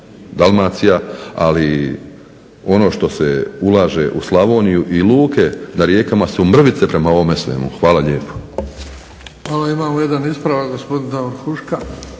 Dalmacija, ali ono što se ulaže u Slavoniju i luke na rijekama su mrvice prema ovome svemu. Hvala lijepo. **Bebić, Luka (HDZ)** Hvala. Imamo jedan ispravak, gospodin Davor Huška.